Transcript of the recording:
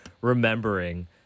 remembering